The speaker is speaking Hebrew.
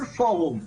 כל פורום,